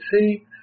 see